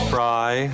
Fry